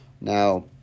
Now